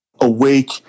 awake